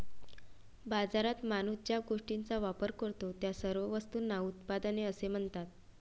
बाजारात माणूस ज्या गोष्टींचा वापर करतो, त्या सर्व वस्तूंना उत्पादने असे म्हणतात